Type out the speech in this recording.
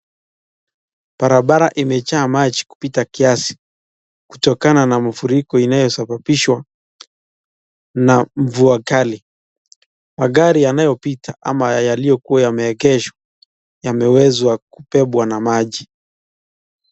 Barabara imejaa maji kupita kiasi kutokana na mafuriko inayo sababishwa na mvua kali. Magari yanayopita ama yaliyokuwa yameegeshwa yameweza kubebwa na maji.